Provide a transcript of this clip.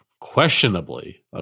questionably